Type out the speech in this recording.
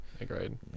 agreed